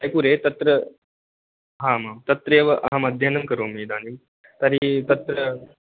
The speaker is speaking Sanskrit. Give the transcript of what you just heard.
जय्पुरे तत्र आम् आम् तत्रैव अहम् अध्ययनं करोमि इदानीम् तर्हि तत्र